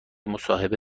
مصاحبه